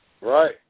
Right